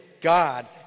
God